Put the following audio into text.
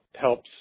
helps